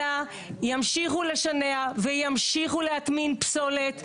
אלא ימשיכו לשנע וימשיכו להטמין פסולת.